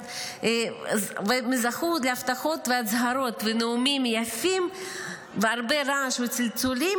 זכו להבטחות והצהרות ונאומים יפים והרבה רעש וצלצולים,